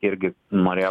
irgi norėjo